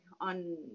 on